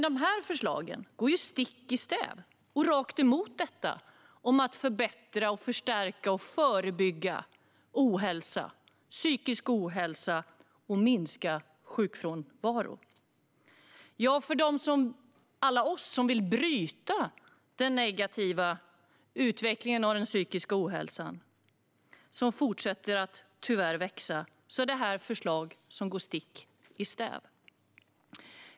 De här förslagen går dock stick i stäv med tanken att förbättra och förstärka, förebygga ohälsa och psykisk ohälsa samt minska sjukfrånvaron. För alla oss som vill bryta den negativa utvecklingen när det gäller den psykiska ohälsan, som tyvärr fortsätter att växa, går dessa förslag stick i stäv med arbetet.